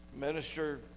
minister